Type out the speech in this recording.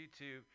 YouTube